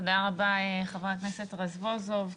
תודה רבה, חבר הכנסת רזבוזוב.